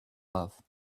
love